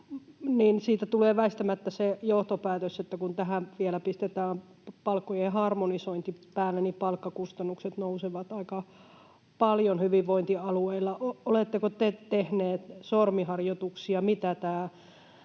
siitä tulee väistämättä se johtopäätös, että kun tähän vielä pistetään palkkojen harmonisointi päälle, niin palkkakustannukset nousevat aika paljon hyvinvointialueilla. [Puhelimen ääntä lehteriltä] Oletteko te tehneet sormiharjoituksia, mitä tämä